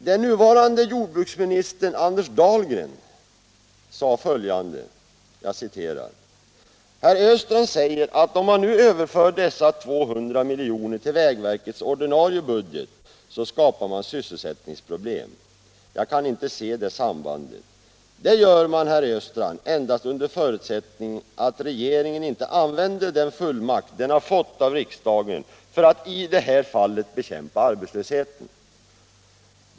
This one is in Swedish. Den nuvarande jordbruksministern Anders Dahlgren sade följande: ”Herr Östrand säger att om man nu överför dessa 200 miljoner till vägverkets ordinarie budget, så skapar man sysselsättningsproblem. Jag kan inte se det sambandet. Det gör man, herr Östrand, endast under förutsättning att regeringen inte använder den fullmakt den har fått av riksdagen för att i det här fallet bekämpa arbetslösheten.